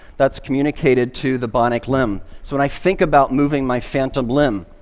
that's communicated to the bionic limb, so when i think about moving my phantom limb,